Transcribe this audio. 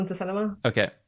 Okay